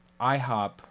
IHOP